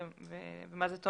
בבקשה.